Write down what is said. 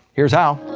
here's how.